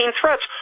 threats